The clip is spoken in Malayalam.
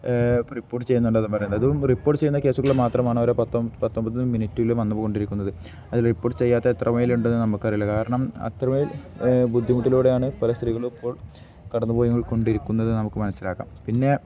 റിപ്പോർട്ട് ചെയ്യുന്നുണ്ടെന്ന് പറയുന്നത് അതും റിപ്പോർട്ട് ചെയ്യുന്ന കേസുകൾ മാത്രമാണ് ഓരോ പത്തൊമ്പത് മിനിറ്റിലും വന്നു കൊണ്ടിരിക്കുന്നത് അത് റിപ്പോർട്ട് ചെയ്യാത്ത എത്രമേലുണ്ടെന്ന് നമുക്ക് അറിയില്ല കാരണം അത്രമേൽ ബുദ്ധിമുട്ടിലൂടെയാണ് പല സ്ത്രീകളും ഇപ്പോൾ കടന്നു പോയി കൊണ്ടിരിക്കുന്നത് നമുക്ക് മനസ്സിലാക്കാം പിന്നെ